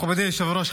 מכובדי היושב-ראש,